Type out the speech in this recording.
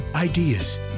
ideas